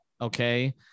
okay